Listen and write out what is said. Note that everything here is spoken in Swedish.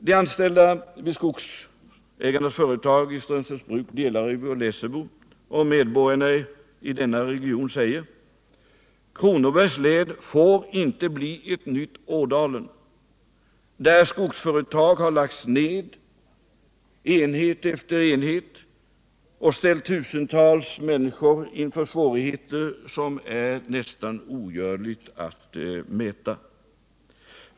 De anställda vid skogsägarnas företag i Strömsnäs bruk och delar av Lessebo samt medborgarna i denna region säger: Kronobergs län får inte bli ett nytt Ådalen, där enhet efter enhet inom skogsföretagen lagts ned och där man ställt tusentals människor inför svårigheter som det är nästan omöjligt att mäta.